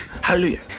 Hallelujah